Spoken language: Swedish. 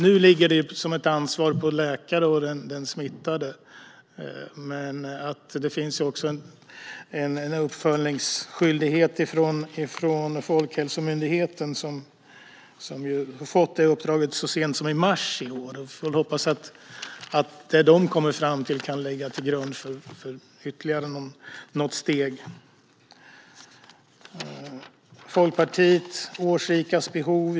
Nu ligger ansvaret på läkare och på den smittade, men det finns också en uppföljningsskyldighet som ligger på Folkhälsomyndigheten, som fick det uppdraget så sent som i mars i år. Vi får hoppas att det de kommer fram till kan ligga till grund för ytterligare något steg. Liberalerna tog upp årsrikas behov.